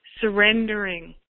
surrendering